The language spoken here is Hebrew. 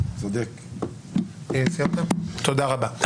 תודה רבה.